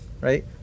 right